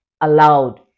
allowed